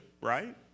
right